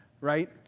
right